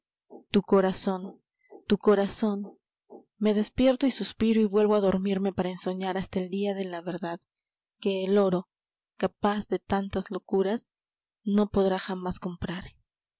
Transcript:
tu corazón tu corazón me despierto y suspiro y vuelvo a dormirme para ensoñar hasta el día de la verdad que el oro capaz de tantas locuras no podrá jamás comprar